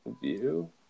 view